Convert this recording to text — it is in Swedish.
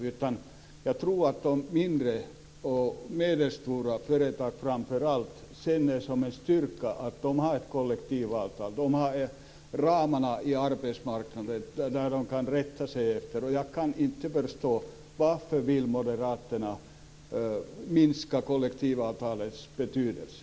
I stället tror jag att framför allt de mindre och medelstora företagen upplever att det är en styrka att de har ett kollektivavtal, att de har ramar på arbetsmarknaden att rätta sig efter. Jag kan inte förstå varför Moderaterna vill minska kollektivavtalets betydelse.